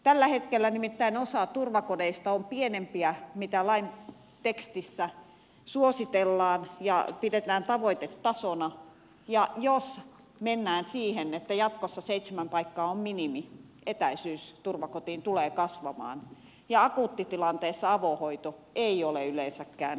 tällä hetkellä nimittäin osa turvakodeista on pienempiä kuin lain tekstissä suositellaan ja pidetään tavoitetasona ja jos mennään siihen että jatkossa seitsemän paikkaa on minimi etäisyys turvakotiin tulee kasvamaan ja akuuttitilanteessa avohoito ei ole yleensäkään todellakaan riittävä